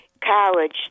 college